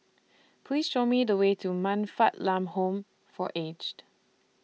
Please Show Me The Way to Man Fatt Lam Home For Aged